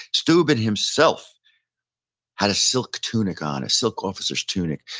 steuben himself had a silk tunic on, a silk officer's tunic.